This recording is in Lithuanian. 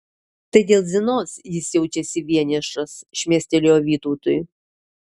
tai dėl zinos jis jaučiasi vienišas šmėstelėjo vytautui